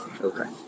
Okay